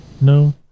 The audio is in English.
No